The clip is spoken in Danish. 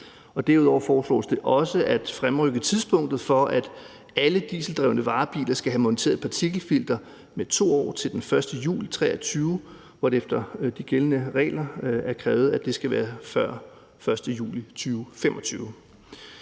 Derudover foreslås det også at fremrykke tidspunktet for, at alle dieseldrevne varebiler skal have monteret et partikelfilter, med 2 år til den 1. juli 2023, hvor det efter de gældende regler er krævet, at det skal være før den 1. juli 2025.